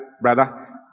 brother